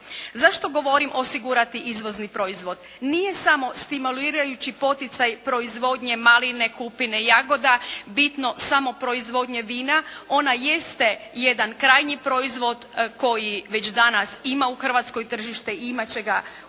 Zašto govorim osigurati izvozni proizvod? Nije samo stimulirajući poticaj proizvodnje maline, kupine, jagoda bitno samo proizvodnje vina, ona jeste jedan krajnji proizvod koji već danas ima u hrvatskoj tržište i imati će ga u